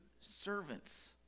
servants